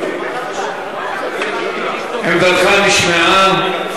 עמדתך נשמעה.